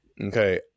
Okay